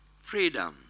Freedom